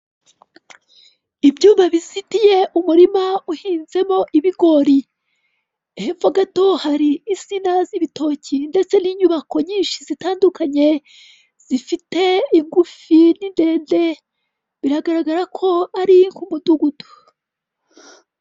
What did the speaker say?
Ibyuma bizitiye umurima uhinzemo ibigori, hepfo gato hari isina zi'ibitoki ndetse n'inyubako nyinshi zitandukanye, zifite igufi n'indende biragaragara ko ari nk'umutugudu.